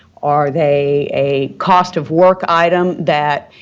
are they a cost of work item that